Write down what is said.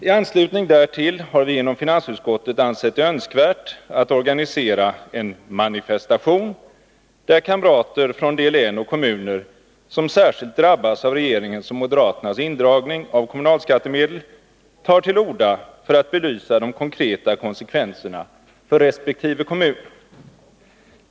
I anslutning därtill har vi inom finansutskottet ansett det önskvärt att organisera en manifestation där kamrater från de län och kommuner som särskilt drabbas av regeringens och moderaternas indragning av kommunalskattemedel tar till orda för att belysa de konkreta konsekvenserna för resp. kommun.